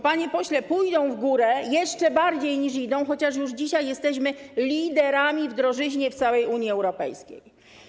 Panie pośle, pójdą w górę, jeszcze bardziej, niż idą, chociaż już dzisiaj jesteśmy liderami, jeśli chodzi o drożyznę, w całej Unii Europejskiej.